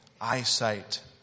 eyesight